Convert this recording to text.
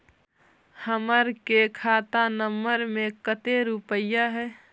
हमार के खाता नंबर में कते रूपैया है?